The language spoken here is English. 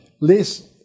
less